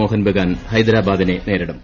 മോഹൻ ബഗാൻ ഹൈദരാബാദിനെ നേരിടും